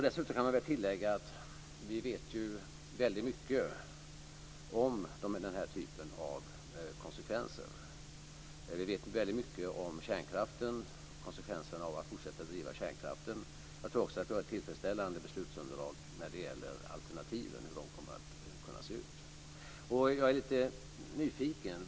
Dessutom kan jag tillägga att vi vet väldigt mycket om den här typen av konsekvenser. Vi vet väldigt mycket om kärnkraften, konsekvenserna av att fortsätta driva kärnkraften. Jag tror också att vi har ett tillfredsställande beslutsunderlag när det gäller hur alternativen kommer att kunna se ut. Jag är lite nyfiken på en sak.